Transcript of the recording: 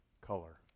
color